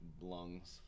lungs